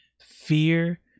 Fear